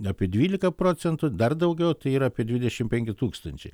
apie dvylika procentų dar daugiau tai yra apie dvidešimt penki tūkstančiai